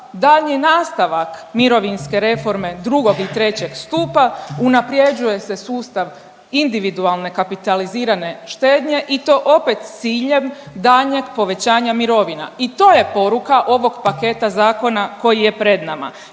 daljnji nastavak mirovinske reforme drugog i trećeg stupa, unapređuje se sustav individualne kapitalizirane štednje i to opet s ciljem daljnjeg povećanja mirovina i to je poruka ovog paketa zakona koji je pred nama